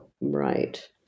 Right